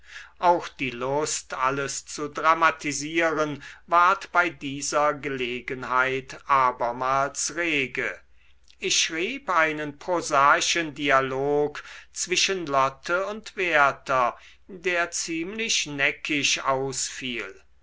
auch die lust alles zu dramatisieren ward bei dieser gelegenheit abermals rege ich schrieb einen prosaischen dialog zwischen lotte und werther der ziemlich neckisch ausfiel